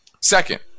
Second